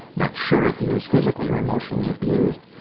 not sure if he was physically or emotionally abused.